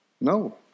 No